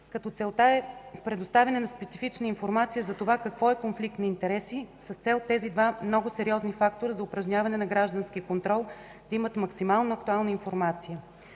като целта е предоставяне на специфична информация за това какво е конфликт на интереси, с цел тези два много сериозни фактора за упражняване на граждански контрол да имат максимално актуална информация.